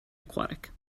aquatic